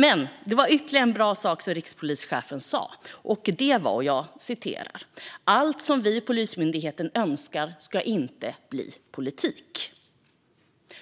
Men det var ytterligare en bra sak som rikspolischefen sa: Allt som vi i Polismyndigheten önskar ska inte bli politik.